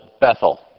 Bethel